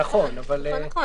ניתנה התראה.